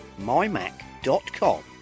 mymac.com